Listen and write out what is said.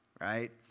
right